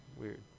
weird